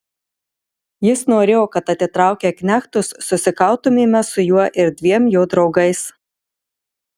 jis norėjo kad atitraukę knechtus susikautumėme su juo ir dviem jo draugais